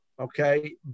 okay